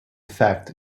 effect